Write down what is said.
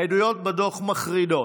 העדויות בדוח מחרידות.